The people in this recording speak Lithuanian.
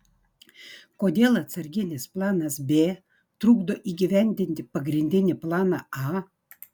kodėl atsarginis planas b trukdo įgyvendinti pagrindinį planą a